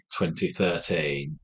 2013